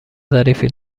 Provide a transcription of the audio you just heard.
ظریفی